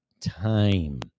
time